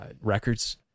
records